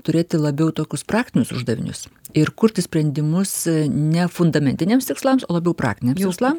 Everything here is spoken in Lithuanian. turėti labiau tokius praktinius uždavinius ir kurti sprendimus ne fundamentiniams tikslams o labiau praktiniams tikslam